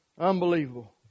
Unbelievable